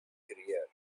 career